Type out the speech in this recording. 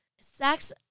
sex